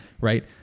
Right